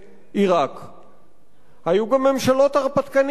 היו גם ממשלות הרפתקניות בתולדותיה של ישראל,